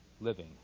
living